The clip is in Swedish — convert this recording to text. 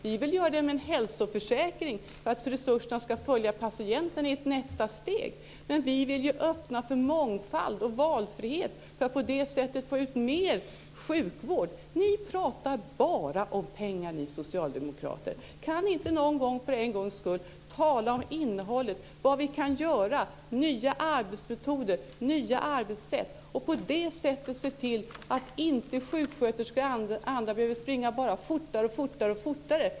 Vi vill göra det med en hälsoförsäkring så att resurserna ska följa patienten i ett nästa steg. Vi vill öppna för mångfald och valfrihet för att på det sättet få ut mer sjukvård. Ni socialdemokrater pratar bara om pengar! Kan ni inte någon gång, för en gångs skull, tala om innehållet, vad vi kan göra, nya arbetsmetoder och nya arbetssätt och på det sättet se till att inte sjuksköterskor och andra behöver springa fortare och fortare?